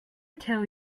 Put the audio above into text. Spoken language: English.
tell